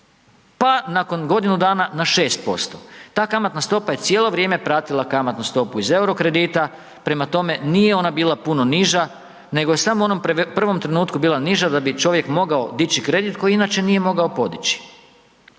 Pa nakon godinu dana na 6%. Ta kamatna stopa je cijelo vrijeme pratila kamatnu stopu iz euro kredita, prema tome, nije ona bila puno niža, nego je samo u onom prvom trenutku bila niža da bi čovjek mogao dići kredit koji inače nije mogao podići.